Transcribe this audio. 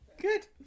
Good